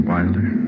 Wilder